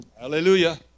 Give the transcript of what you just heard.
Hallelujah